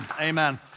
Amen